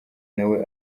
nawe